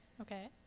okay